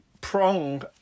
Prong